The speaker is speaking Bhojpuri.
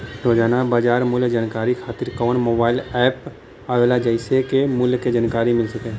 रोजाना बाजार मूल्य जानकारी खातीर कवन मोबाइल ऐप आवेला जेसे के मूल्य क जानकारी मिल सके?